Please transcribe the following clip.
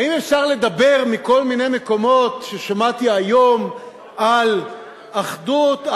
האם אפשר לדבר מכל מיני מקומות ששמעתי היום על אחדות,